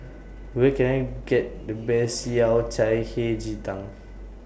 Where Can I get The Best Yao Cai Hei Ji Tang